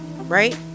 right